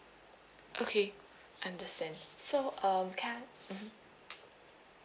okay understand so um can I mmhmm